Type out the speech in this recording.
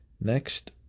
next